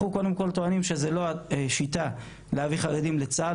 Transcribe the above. אנחנו טוענים שזאת לא השיטה להביא חיילים לצה"ל,